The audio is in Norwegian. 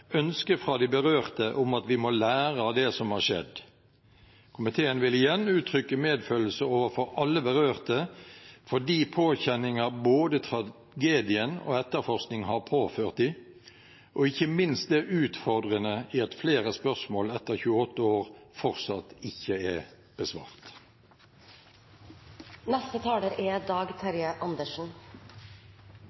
fra de berørte om at vi må lære av det som har skjedd. Komiteen vil igjen uttrykke medfølelse overfor alle berørte for de påkjenninger både tragedien og etterforskning har påført dem, og ikke minst det utfordrende i at flere spørsmål etter 28 år fortsatt ikke er besvart. Bakgrunnen for den alvorlige saken vi behandler i dag,